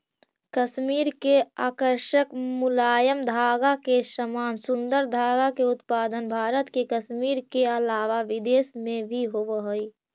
कश्मीर के आकर्षक मुलायम धागा के समान सुन्दर धागा के उत्पादन भारत के कश्मीर के अलावा विदेश में भी होवऽ हई